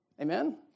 Amen